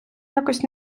якось